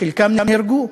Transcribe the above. חלקם נהרגו.